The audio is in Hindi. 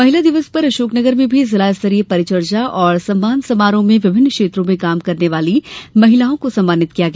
महिला दिवस पर अशोकनगर में भी जिलास्तरीय परिचर्चा और सम्मान समारोह में विभिन्न क्षेत्रों में काम करने वाली महिलाओं को सम्मानित किया गया